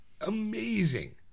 amazing